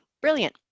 brilliant